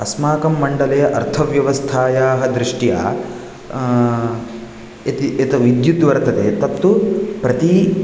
अस्माकं मण्डले अर्थव्यवस्थायाः दृष्ट्या ए यत् यत् विद्युत् वर्तते तत्तु प्रति